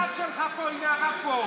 לך לרב שלך פה, הינה, הרב פה.